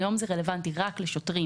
כיום זה רלוונטי רק לשוטרים,